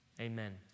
Amen